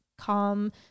calm